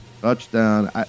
Touchdown